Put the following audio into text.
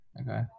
Okay